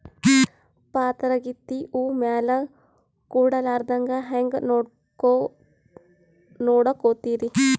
ಪಾತರಗಿತ್ತಿ ಹೂ ಮ್ಯಾಲ ಕೂಡಲಾರ್ದಂಗ ಹೇಂಗ ನೋಡಕೋತಿರಿ?